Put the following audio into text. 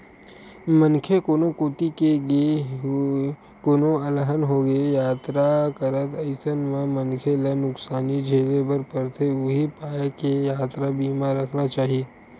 मनखे कोनो कोती गे हे कोनो अलहन होगे यातरा करत अइसन म मनखे ल नुकसानी झेले बर परथे उहीं पाय के यातरा बीमा रखना चाही